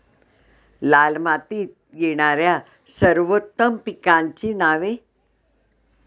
लाल मातीत येणाऱ्या सर्वोत्तम पिकांची नावे?